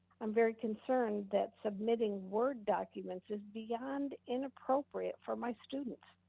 i'm very concerned that submitting word documents is beyond inappropriate for my students.